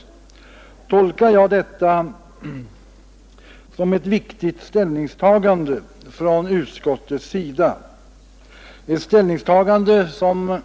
Jag tolkar detta som ett viktigt ställningstagande från utskottets sida, ett ställningstagande som